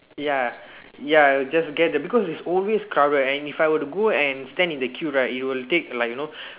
ya ya I will just get them because it's always crowded and if I were to stand in the queue right it would take like you know